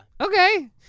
Okay